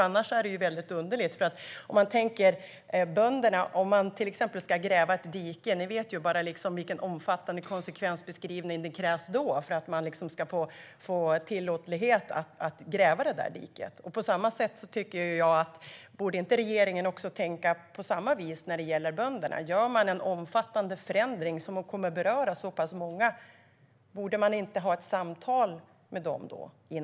Annars blir det underligt. Ni vet ju vilken omfattande konsekvensbeskrivning det krävs bara för att någon till exempel ska få tillåtelse att gräva ett dike. Jag tycker att regeringen borde tänka på samma vis när det gäller bönderna. Om man gör en omfattande förändring som kommer att beröra så pass många undrar jag om man inte borde ha ett samtal med dem först.